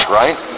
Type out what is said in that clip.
right